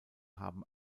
haben